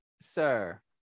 Sir